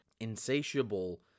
insatiable